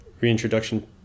reintroduction